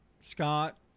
Scott